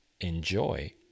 enjoy